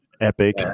Epic